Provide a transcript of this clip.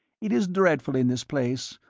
it is dreadful in this place,